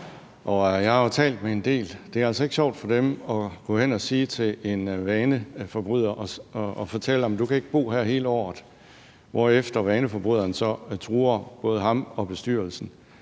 jeg har jo talt med en del, og det er altså ikke sjovt for dem at gå hen og fortælle en vaneforbryder, at du ikke kan bo her hele året, hvorefter vaneforbryderen så truer både ham og bestyrelsen.